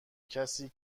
کسی